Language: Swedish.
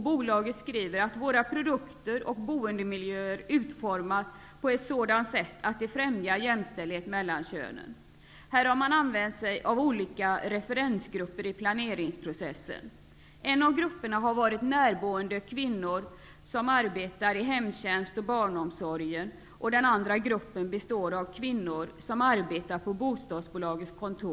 Bolaget skriver att ''våra produkter och boendemiljöer utformas på ett så dant sätt att det främjar jämställdhet mellan kö nen''. Här har man använt sig av olika referens grupper i planeringsprocessen. En av grupperna har varit närboende kvinnor som arbetar i hem tjänsten och barnomsorgen, den andra gruppen består av kvinnor som arbetar på bostadsbolagets kontor.